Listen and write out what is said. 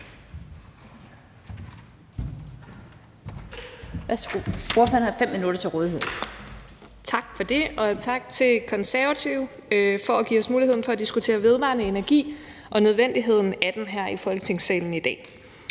Tak for det. Og tak til Konservative for at give os muligheden for at diskutere vedvarende energi og nødvendigheden af den her i Folketingssalen i dag.